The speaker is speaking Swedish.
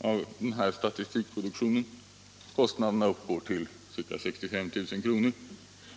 av denna statistikproduktion. Kostnaderna uppgår till ca 65 000 kr.